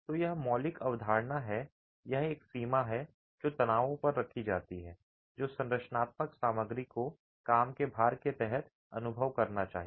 तो यह मौलिक अवधारणा है यह एक सीमा है जो तनावों पर रखी जाती है जो संरचनात्मक सामग्री को काम के भार के तहत अनुभव करना चाहिए